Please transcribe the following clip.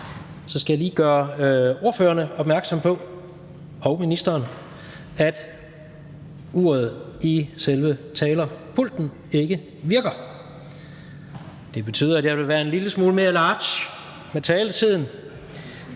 skal jeg lige gøre ordførerne og ministeren opmærksom på, at uret i selve talerpulten ikke virker. Det betyder, at jeg vil være en lille smule mere large med taletiden,